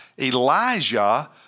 Elijah